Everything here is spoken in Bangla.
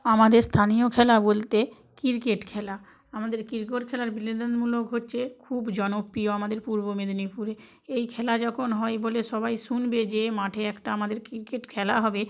আমাদের স্থানীয় খেলা বলতে ক্রিকেট খেলা আমাদের ক্রিকেট খেলার বিনোদনমূলক হচ্ছে খুব জনপ্রিয় আমাদের পূর্ব মেদিনীপুরে এই খেলা যখন হয় বলে সবাই শুনবে যে মাঠে একটা আমাদের ক্রিকেট খেলা হবে